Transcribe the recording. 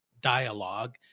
dialogue